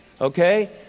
okay